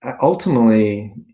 ultimately